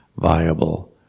viable